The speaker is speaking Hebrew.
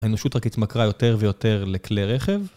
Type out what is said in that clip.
האנושות רק התמכרה יותר ויותר לכלי רכב.